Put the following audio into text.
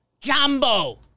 Jumbo